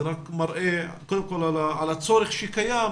זה רק מראה קודם כל על הצורך שקיים,